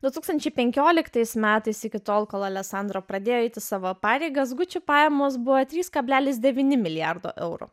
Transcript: du tūkstančiai penkioliktais metais iki tol kol aleksandro pradėjo eiti savo pareigas gucci pajamos buvo trys kablelis devyni milijardo eurų